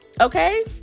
Okay